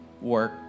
work